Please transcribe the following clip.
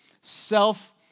self